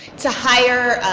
to hire,